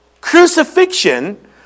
crucifixion